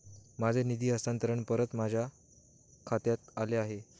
माझे निधी हस्तांतरण परत माझ्या खात्यात आले आहे